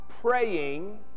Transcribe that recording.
praying